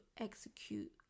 execute